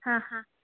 ಹಾಂ ಹಾಂ